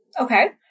Okay